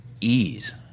ease